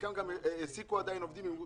חלקן גם העסיקו עדיין עובדים,